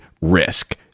RISK